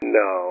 no